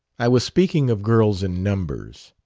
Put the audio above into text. i was speaking of girls in numbers.